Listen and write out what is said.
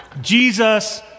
Jesus